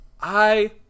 I-